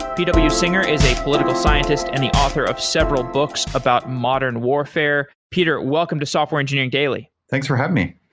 p w. singer is a political scientist and the author of several books about modern warfare. warfare. peter, welcome to software engineering daily. thanks for having me.